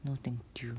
no thank you